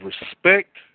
respect